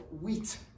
wheat